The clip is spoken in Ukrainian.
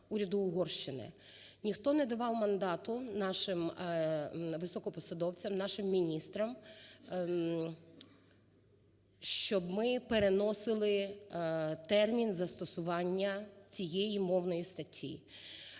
Ніхто не давав мандату нашим високопосадовцям, нашим міністрам, щоб ми переносили термін застосування цієї мовної статті.